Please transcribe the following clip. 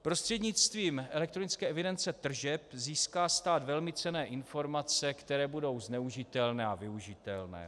Prostřednictvím elektronické evidence tržeb získá stát velmi cenné informace, které budou zneužitelné a využitelné.